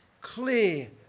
clear